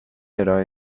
ارائه